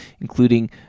including